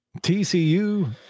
TCU